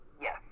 Yes